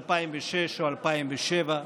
2006 או 2007,